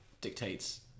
dictates